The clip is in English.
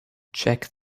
check